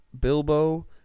Bilbo